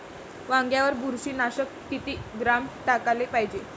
वांग्यावर बुरशी नाशक किती ग्राम टाकाले पायजे?